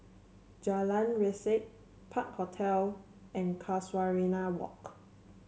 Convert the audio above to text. Jalan Resak Park Hotel and Casuarina Walk